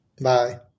Bye